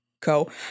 Co